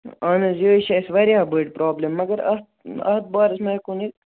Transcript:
اَہَن حظ یہِ حظ چھُ اَسہِ وارِیاہ بٔڈ پرٛابلِم مگر اَتھ اَتھ بارس منٛز ہٮ۪کو نہٕ